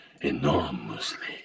enormously